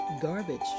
Garbage